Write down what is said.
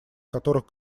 которых